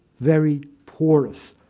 very porous.